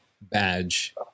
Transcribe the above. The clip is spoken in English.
badge